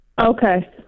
Okay